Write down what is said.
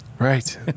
Right